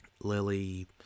Lily